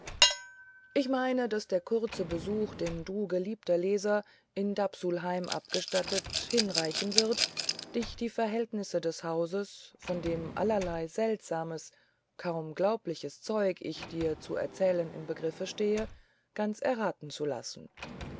ich meine daß der kurze besuch den du geliebter leser in dapsulheim abgestattet hinreichen wird dich die verhältnisse des hauses von dem allerlei seltsames kaum glaubliches zeug ich dir zu erzählen im begriff stehe ganz erraten zu lassen